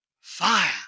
fire